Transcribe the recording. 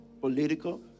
political